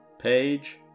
page